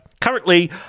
Currently